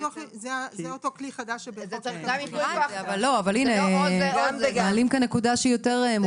זה אותו כלי חדש --- אבל מעלים כאן נקודה שהיא יותר מורחבת.